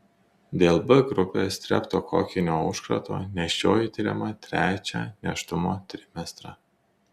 dėl b grupės streptokokinio užkrato nėščioji tiriama trečią nėštumo trimestrą